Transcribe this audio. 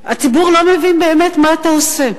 הציבור לא מבין באמת מה אתה עושה.